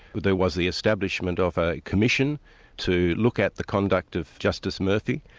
there was the establishment of a commission to look at the conduct of justice murphy,